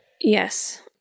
Yes